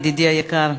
ידידי היקר,